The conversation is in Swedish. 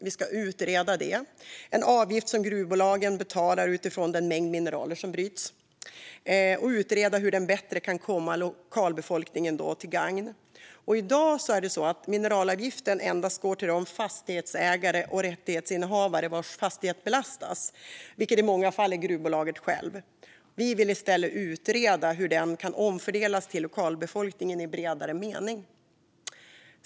Det är en avgift som gruvbolagen betalar utifrån den mängd mineral som bryts. Vi ska utreda hur den bättre kan komma lokalbefolkningen till gagn. I dag går mineralavgiften endast till de fastighetsägare och rättighetsinnehavare vars fastighet belastas, vilket i många fall är gruvföretaget självt. Vi vill i stället utreda hur den kan omfördelas till lokalbefolkningen i bredare mening.